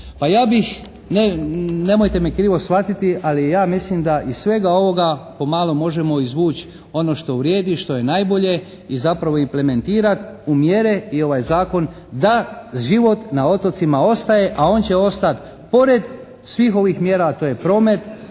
Pa ja bih, nemojte me krivo shvatiti, ali ja mislim da iz svega ovoga pomalo možemo izvući ono što vrijedi, ono što je najbolje i zapravo implementirati u mjere i ovaj zakon da život na otocima ostaje, a on će ostati pored svih ovih mjera, a to je promet